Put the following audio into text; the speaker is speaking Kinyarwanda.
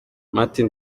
martin